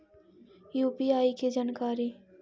UPI के जानकारी?